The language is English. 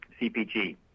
CPG